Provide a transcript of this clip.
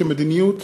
כמדיניות,